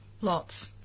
Lots